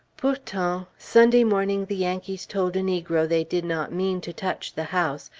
pourtant, sunday morning the yankees told a negro they did not mean to touch the house,